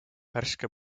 värske